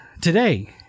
today